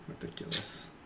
Ridiculous